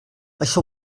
això